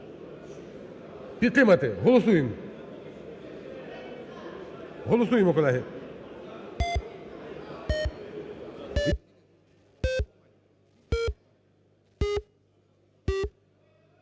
підтримати. Голосуємо, голосуємо, колеги.